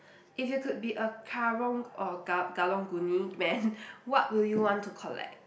if you could be a karung or ga~ karang guni man what will you want to collect